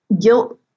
guilt